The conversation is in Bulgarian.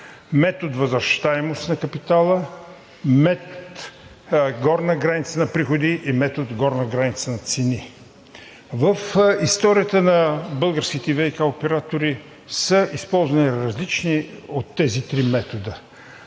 метод „възвръщаемост на капитала“, метод „горна граница на приходи“ и метод „горна граница на цени“. В историята на българските ВиК оператори са използвани тези три метода.